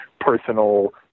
personal